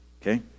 Okay